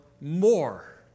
more